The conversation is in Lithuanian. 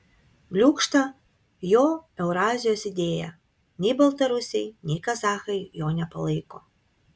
bliūkšta jo eurazijos idėja nei baltarusiai nei kazachai jo nepalaiko